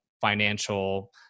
financial